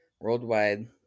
Worldwide